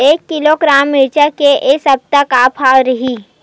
एक किलोग्राम मिरचा के ए सप्ता का भाव रहि?